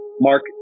Mark